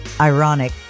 ironic